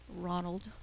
ronald